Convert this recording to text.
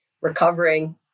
recovering